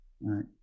right